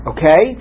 Okay